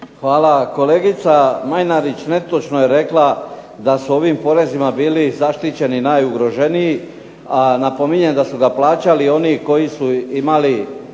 Hvala. Kolegica Majdenić netočno je rekla da su ovim porezima bili zaštićeni najugroženiji, a napominjem da su ga plaćali oni koji su imali